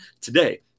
today